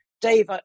Dave